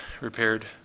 repaired